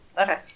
Okay